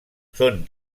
són